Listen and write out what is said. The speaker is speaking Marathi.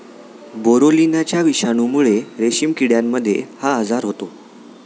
बोरोलिनाच्या विषाणूमुळे रेशीम किड्यांमध्ये हा आजार होतो